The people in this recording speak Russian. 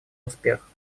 успех